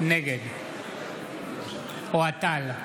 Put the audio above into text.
נגד אוהד טל,